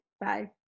Bye